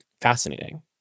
fascinating